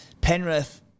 Penrith